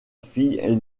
fille